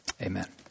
Amen